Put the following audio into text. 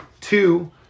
Two